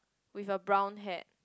with a brown hat